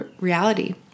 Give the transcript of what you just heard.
reality